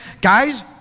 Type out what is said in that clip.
guys